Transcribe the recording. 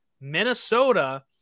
Minnesota